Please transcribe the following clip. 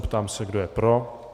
Ptám se, kdo je pro.